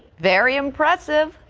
very impressive.